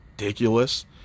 ridiculous